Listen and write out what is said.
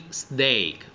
steak